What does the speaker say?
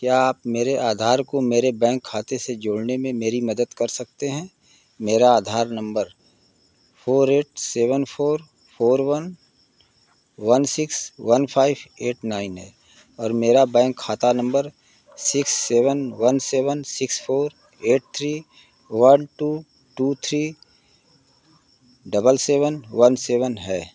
क्या आप मेरे आधार को मेरे बैंक खाते से जोड़ने में मेरी मदद कर सकते हैं मेरा Aadhaar number four eight seven four four one one six one five eight nine है और मेरा बैंक खाता number six seven one seven six four eight three one two two three double seven one seven है